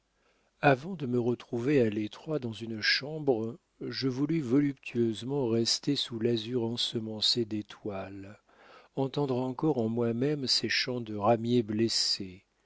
avant de me retrouver à l'étroit dans une chambre je voulus voluptueusement rester sous l'azur ensemencé d'étoiles entendre encore en moi-même ces chants de ramier blessé